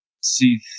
see